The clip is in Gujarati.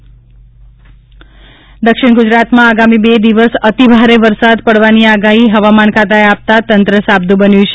વરસાદ આગાહી દક્ષિણ ગુજરાતમાં આગામી બે દિવસ અતિભારે વરસાદ પડવાની આગાહી હવામાન ખાતાએ આપતાં તંત્ર સાબદુ બન્યું છે